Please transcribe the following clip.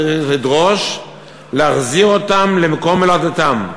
צריך לדרוש להחזיר אותם למקום מולדתם,